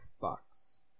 box